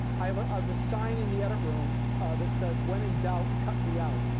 i have ah ah have a sign in the edit room that says, when in doubt, cut me out.